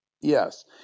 yes